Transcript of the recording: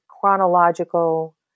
chronological